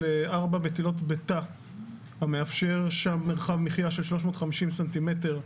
כמו שאתה רואה, העולם המפותח גם ל-750 סמ"ר,